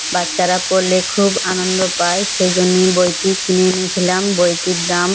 বাচ্চারা পড়লে খুব আনন্দ পায় সেই জন্যে এই বইটি কিনে এনেছিলাম বইটির দাম